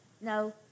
No